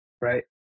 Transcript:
right